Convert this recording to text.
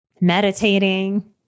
meditating